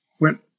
went